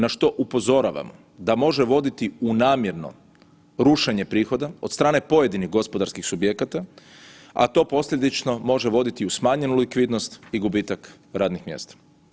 Na što upozoravam da može voditi u namjerno rušenje prihoda od strane pojedinih gospodarskih subjekata, a to posljedično može voditi u smanjenu likvidnost i gubitak radnih mjesta.